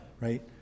right